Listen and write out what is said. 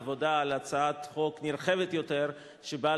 עבודה על הצעת חוק נרחבת יותר שבאה